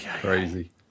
Crazy